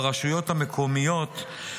ברשויות המקומיות,